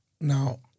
now